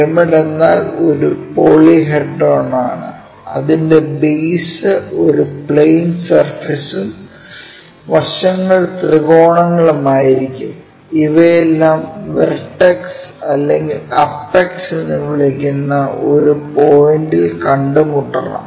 pyramid എന്നാൽ ഒരു പോളിഹെഡ്രോണാണ് അതിന്റെ ബേസ് ഒരു പ്ലെയിൻ സർഫേസും വശങ്ങൾ ത്രികോണങ്ങളും ആയിരിക്കും ഇവയെല്ലാം വെർട്ടെക്സ് അല്ലെങ്കിൽ അപ്പക്സ് എന്ന് വിളിക്കുന്ന ഒരു പോയിന്റിൽ കണ്ടുമുട്ടണം